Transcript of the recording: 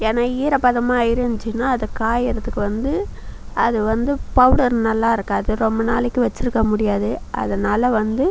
ஏன்னால் ஈரப்பதமாக இருந்துச்சுன்னா அது காயுறதுக்கு வந்து அது வந்து பௌடர் நல்லா இருக்காது ரொம்ப நாளைக்கு வச்சுருக்க முடியாது அதுனால் வந்து